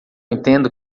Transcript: entendo